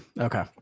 Okay